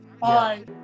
bye